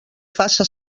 faça